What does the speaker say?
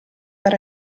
per